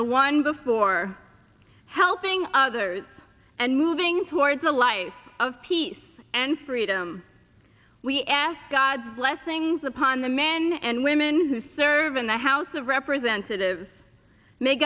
the one before helping others and moving towards a life of peace and freedom we ask god blessings upon the men and women who serve in the house of representatives may